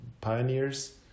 pioneers